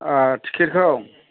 ओ टिकेट खौ